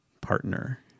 partner